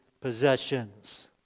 possessions